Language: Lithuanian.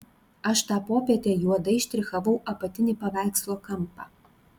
aš tą popietę juodai štrichavau apatinį paveikslo kampą